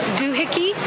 doohickey